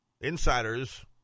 insiders